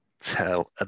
tell